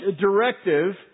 directive